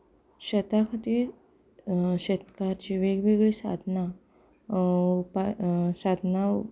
शेता खातीर शेतकार जीं वेगवेगळी साधनां साधनां